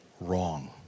wrong